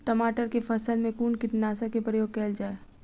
टमाटर केँ फसल मे कुन कीटनासक केँ प्रयोग कैल जाय?